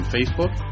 Facebook